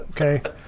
Okay